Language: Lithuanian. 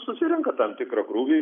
susirenka tam tikrą krūvį